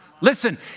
Listen